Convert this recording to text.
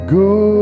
go